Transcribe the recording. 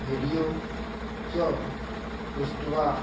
video च दृष्ट्वा